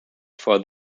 for